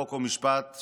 חוק ומשפט,